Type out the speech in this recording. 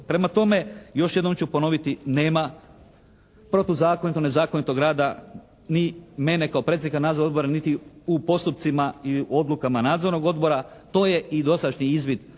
Prema tome, još jednom ću ponoviti, nema protuzakonitog, nezakonitog rada ni mene kao predsjednika nadzornog odbora niti u postupcima i odlukama nadzornog odbora. To je i dosadašnji izvid